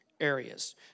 Areas